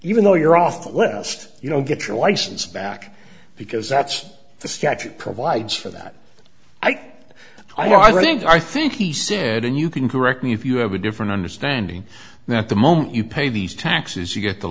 even though you're off the list you don't get your license back because that's the statute provides for that i think i think i think he said and you can correct me if you have a different understanding that the moment you pay these taxes you get the